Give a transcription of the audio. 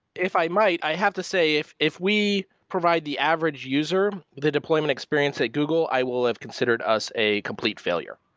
if i might, i have to say if if we provide the average user the deployment experience at google, i will have considered us a complete failure.